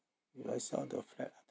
if I sell the flat